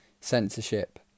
censorship